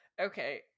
Okay